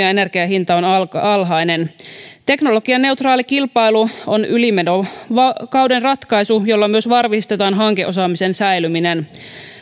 ja energian hinta on alhainen teknologianeutraali kilpailu on ylimenokauden ratkaisu jolla myös varmistetaan hankeosaamisen säilyminen